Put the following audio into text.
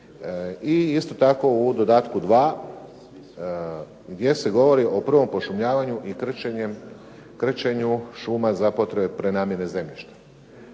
I isto tako u dodatku 2 gdje se govori o prvom pošumljavanju i krčenju šuma za potrebe prenamjene zemljišta.